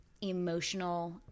emotional